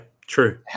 true